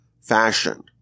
fashion